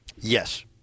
Yes